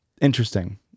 interesting